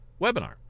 webinar